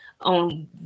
on